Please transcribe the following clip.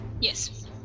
Yes